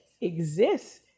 exists